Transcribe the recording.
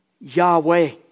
Yahweh